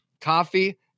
coffee